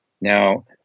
now